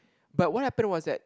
but what happen was that